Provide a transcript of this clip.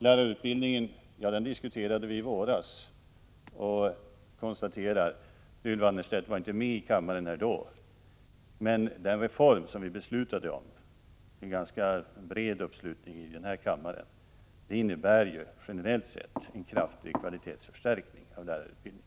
Lärarutbildningen diskuterade vi i våras — Ylva Annerstedt var inte i riksdagen då. Men den reform som vi beslutade om fick en ganska bred uppslutning här i kammaren. Det innebär generellt sett en kraftig kvalitetsförstärkning av lärarutbildningen.